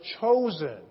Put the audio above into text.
chosen